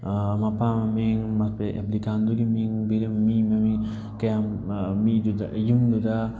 ꯃꯄꯥ ꯃꯃꯤꯡ ꯑꯦꯄ꯭ꯂꯤꯀꯥꯟꯗꯨꯒꯤ ꯃꯤꯡ ꯃꯤ ꯃꯃꯤꯡ ꯀꯌꯥꯝ ꯃꯤꯗꯨꯗ ꯌꯨꯝꯗꯨꯗ